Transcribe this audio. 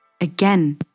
Again